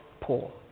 poor